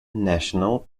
national